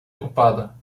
ocupada